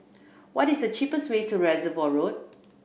what is the cheapest way to Reservoir Road